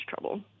trouble